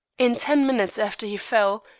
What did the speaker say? in ten minutes after he fell,